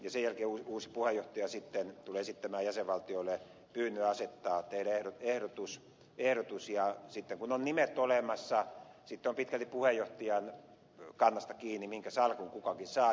sen jälkeen uusi puheenjohtaja tulee esittämään jäsenvaltioille pyynnön tehdä ehdotus ja sitten kun on nimet olemassa on pitkälti puheenjohtajan kannasta kiinni minkä salkun kukin saa